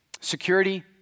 security